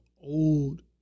old